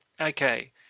okay